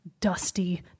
dusty